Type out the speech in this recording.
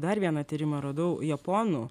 dar vieną tyrimą radau japonų